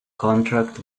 contract